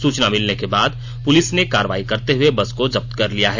सुचना मिलने के बाद पुलिस ने कार्रवाई करते हुए बस को जप्त कर लिया है